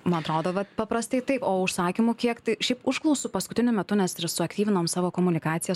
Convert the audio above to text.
man atrodo vat paprastai taip o užsakymų kiek tai šiaip užklausų paskutiniu metu mes tris suaktyvinom savo komunikaciją